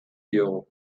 diogu